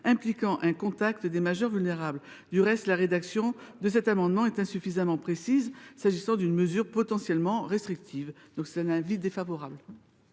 impliquant un contact avec des majeurs vulnérables. Du reste, la rédaction de cet amendement est insuffisamment précise pour une mesure potentiellement restrictive. La commission émet un avis défavorable